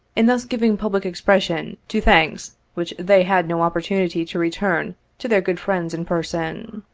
in thus giving public expression to thanks which they had no opportunity to return to their good friends in person.